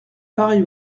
pareil